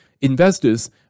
investors